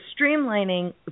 streamlining